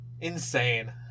Insane